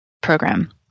program